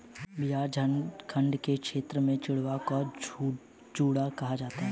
बिहार झारखंड के क्षेत्र में चिड़वा को चूड़ा कहा जाता है